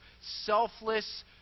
selfless